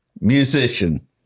musician